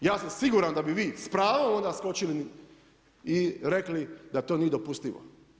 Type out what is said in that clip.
Ja sam siguran da bi vi s pravom onda skočili i rekli da to nije dopustivo.